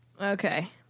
Okay